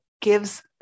gives